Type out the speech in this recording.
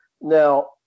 Now